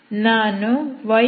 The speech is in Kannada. ನಾನು yxux